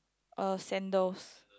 uh sandals